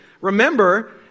Remember